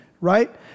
right